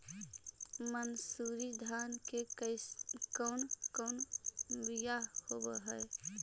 मनसूरी धान के कौन कौन बियाह होव हैं?